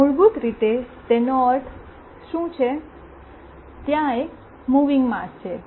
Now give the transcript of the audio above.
મૂળભૂત રીતે તેનો અર્થ શું છે ત્યાં એક મુવીંગ માસ છે